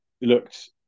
looked